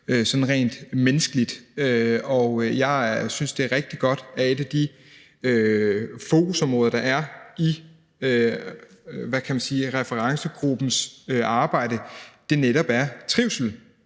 rent menneskeligt. Og jeg synes, det er rigtig godt, at et af de fokusområder, der er i referencegruppens arbejde, netop er trivsel.